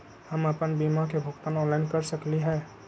हम अपन बीमा के भुगतान ऑनलाइन कर सकली ह?